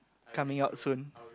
coming out soon